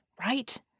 right